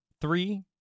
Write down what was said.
Three